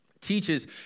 teaches